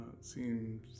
seems